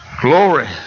Glory